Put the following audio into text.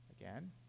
Again